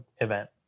event